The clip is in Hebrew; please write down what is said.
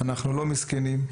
שאנחנו לא מסכנים,